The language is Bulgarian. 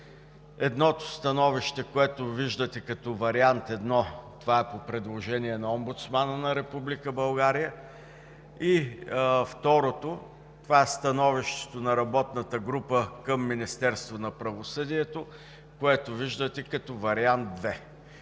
Едното становище, което виждате като Вариант 1, това е по предложение на Омбудсмана на Република България, и второто – това е становището на работната група към Министерството на правосъдието, което виждате като Вариант 2.